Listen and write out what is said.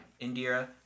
Indira